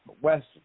West